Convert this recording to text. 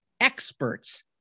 experts